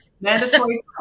Mandatory